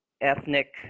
ethnic